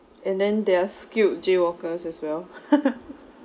and then there are skilled jaywalkers as well